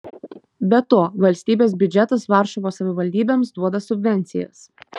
be to valstybės biudžetas varšuvos savivaldybėms duoda subvencijas